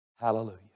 Hallelujah